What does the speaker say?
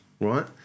right